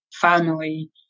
family